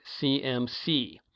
CMC